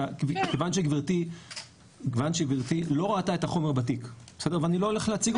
כיוון שגברתי לא ראתה את החומר בתיק ואני לא הולך להציג אותו עכשיו.